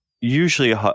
usually